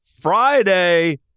Friday